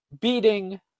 beating